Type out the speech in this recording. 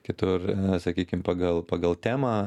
kitur sakykim pagal pagal temą